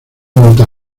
mota